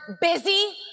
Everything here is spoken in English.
busy